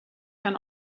can